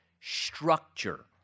structure